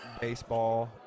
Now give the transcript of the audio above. baseball